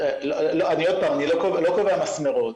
עוד פעם, אני לא קובע מסמרות.